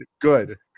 Good